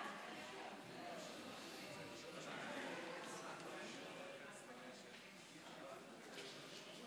מדינת הלאום של העם היהודי (תיקון,